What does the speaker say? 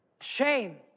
Shame